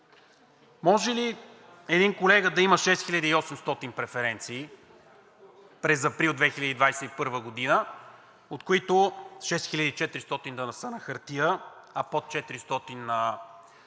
Може ли един колега да има 6 хиляди 800 преференции през април 2021 г., от които 6400 да са на хартия, а под 400 на